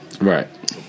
Right